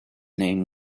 name